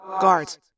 Guards